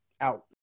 out